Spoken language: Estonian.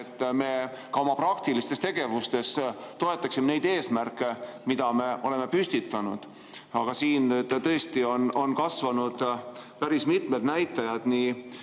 et me ka oma praktilistes tegevustes toetaksime neid eesmärke, mis me oleme püstitanud. Aga siin tõesti on kasvanud päris mitmed näitajad: